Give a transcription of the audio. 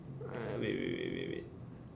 wait wait wait wait wait